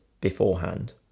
beforehand